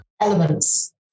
Elements